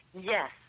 Yes